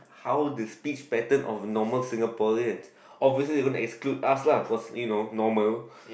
how the speech pattern of normal Singaporean obviously they gonna exclude us lah cause you know normal